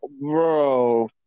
Bro